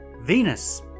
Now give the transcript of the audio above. Venus